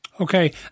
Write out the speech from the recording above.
okay